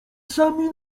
sami